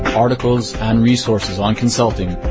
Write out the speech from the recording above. article and resources on consulting,